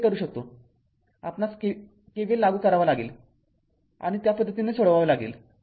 तरते करू शकतो आपणास KVL लागू करावा लागेल आणि त्यापद्धतीने सोडवावे लागेल